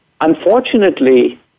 unfortunately